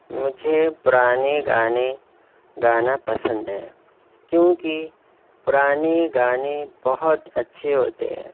مجھے پرانے گانے گانا پسند ہیں کیوںکہ پرانے گانے بہت اچھے ہوتے ہیں